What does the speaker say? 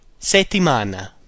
Settimana